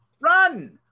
run